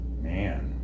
man